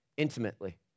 intimately